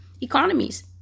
economies